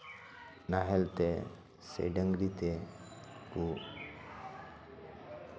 ᱱᱟᱦᱮᱞ ᱛᱮ ᱥᱮ ᱰᱟᱝᱨᱤ ᱛᱮ ᱠᱚ